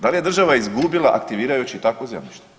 Dali je država izgubila aktivirajući takvo zemljište?